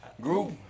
Group